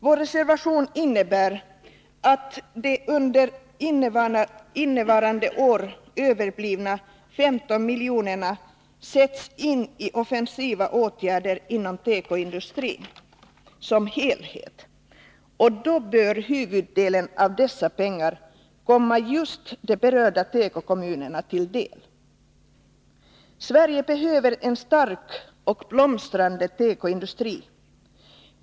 Vår reservation innebär att de under innevarande år överblivna 15 miljonerna sätts in i offensiva åtgärder inom tekoindustrin som helhet, och då bör huvuddelen av dessa pengar komma just de berörda tekokommunerna till del. Sverige behöver en stark och blomstrande tekoindustri.